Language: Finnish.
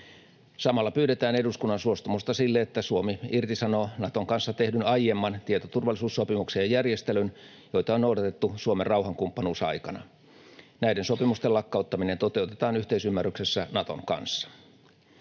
Samalla pyydetään eduskunnan suostumusta sille, että Suomi irtisanoo Naton kanssa tehdyn aiemman tietoturvallisuussopimuksen ja -järjestelyn, joita on noudatettu Suomen rauhankumppanuusaikana. Näiden sopimusten lakkauttaminen toteutetaan yhteisymmärryksessä Naton kanssa.